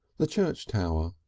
the church tower,